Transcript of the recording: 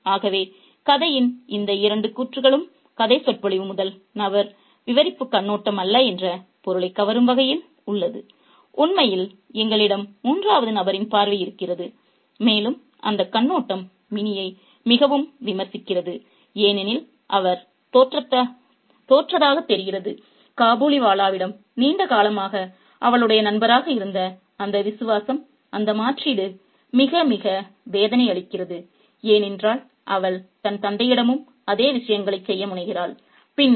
ஆகவே கதையின் இந்த இரண்டு கூற்றுகளும் கதை சொற்பொழிவு முதல் நபர் விவரிப்புக் கண்ணோட்டம் அல்ல என்ற பொருளைக் கவரும் வகையில் உள்ளது உண்மையில் எங்களிடம் மூன்றாவது நபரின் பார்வை இருக்கிறது மேலும் அந்தக் கண்ணோட்டம் மினியை மிகவும் விமர்சிக்கிறது ஏனெனில் அவர் தோற்றதாகத் தெரிகிறது காபூலிவாலாவிடம் நீண்ட காலமாக அவளுடைய நண்பராக இருந்த அந்த விசுவாசம் அந்த மாற்றீடு மிக மிக வேதனையளிக்கிறது ஏனென்றால் அவள் தன் தந்தையிடமும் அதே விஷயங்களைச் செய்ய முனைகிறாள் பின்னர்